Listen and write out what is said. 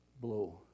blow